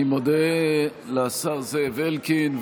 אני מודה לשר זאב אלקין,